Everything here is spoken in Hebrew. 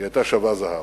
היא היתה שווה זהב.